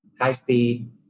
high-speed